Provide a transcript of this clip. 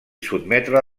sotmetre